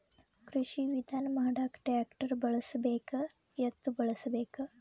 ಕೃಷಿ ವಿಧಾನ ಮಾಡಾಕ ಟ್ಟ್ರ್ಯಾಕ್ಟರ್ ಬಳಸಬೇಕ, ಎತ್ತು ಬಳಸಬೇಕ?